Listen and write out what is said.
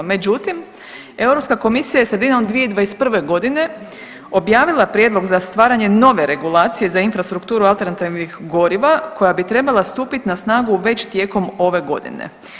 Međutim, Europska komisija je sredinom 2021. godine objavila prijedlog za stvaranje nove regulacije za infrastrukturu alternativnih goriva koja bi trebala stupiti na snagu već tijekom ove godine.